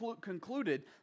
concluded